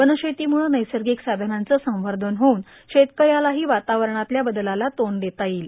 वनशेतीमुळं नैसर्गिक साधनांचं संवर्धन होऊन शेतकऱ्यालाही वातावरणातल्या बदलाला तोंड देता येईल